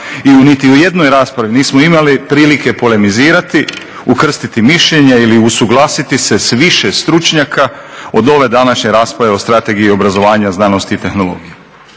u niti jednoj raspravi nismo imali prilike polemizirati, ukrstiti mišljenja ili usuglasiti se s više stručnjaka od ove današnje rasprave o Strategiji obrazovanja, znanosti i tehnologije.